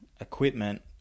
equipment